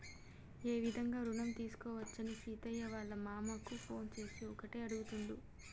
ఏ విధంగా రుణం తీసుకోవచ్చని సీనయ్య వాళ్ళ మామ కు ఫోన్ చేసి ఒకటే అడుగుతుండు